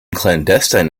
clandestine